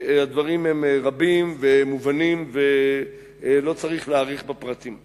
והדברים הם רבים ומובנים, ולא צריך להאריך בפרטים.